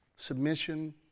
Submission